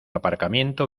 aparcamiento